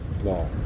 law